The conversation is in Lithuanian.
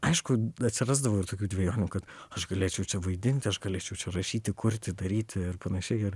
aišku atsirasdavo ir tokių dvejonių kad aš galėčiau čia vaidinti aš galėčiau rašyti kurti daryti ir panašiai ir